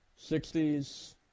60s